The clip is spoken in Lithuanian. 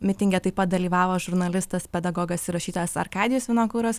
mitinge taip pat dalyvavo žurnalistas pedagogas ir rašytojas arkadijus vinokuras